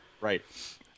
right